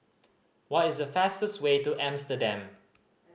what is the fastest way to Amsterdam